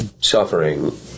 suffering